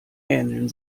ähneln